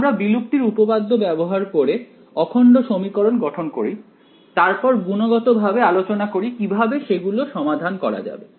আমরা বিলুপ্তির উপপাদ্য ব্যবহার করে অখন্ড সমীকরণ গঠন করি তারপর গুণগতভাবে আলোচনা করি কিভাবে সেগুলো সমাধান করা যাবে